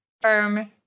Firm